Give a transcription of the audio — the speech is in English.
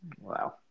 Wow